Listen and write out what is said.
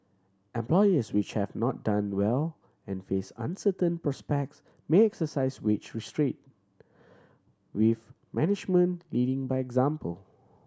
employers which have not done well and face uncertain prospects may exercise wage restraint with management leading by example